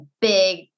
big